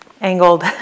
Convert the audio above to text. angled